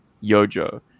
YoJo